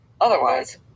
otherwise